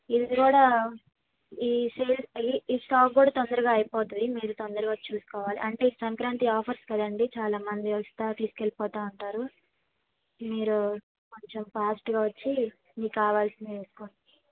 ఇది కూడా ఈ సేల్ ఈ స్టాక్ కూడా తొందరగా అయిపోతుంది మీరు తొందరగా వచ్చి చూసుకోవాలి అంటే సంక్రాంతి ఆఫర్స్ కదండి చాలా మంది వస్తూ తీసుకెళ్ళిపోతూ ఉంటారు మీరు కొంచెం ఫాస్ట్గా వచ్చి మీకు కావలసినవి వేసుకుని